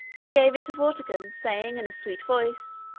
and gave it to vortigern, saying in a sweet voice,